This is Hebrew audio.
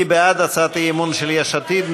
מי בעד הצעת האי-אמון של יש עתיד?